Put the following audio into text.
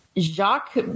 Jacques